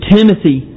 Timothy